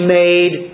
made